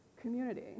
community